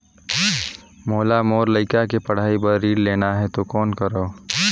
मोला मोर लइका के पढ़ाई बर ऋण लेना है तो कौन करव?